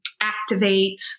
activate